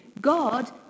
God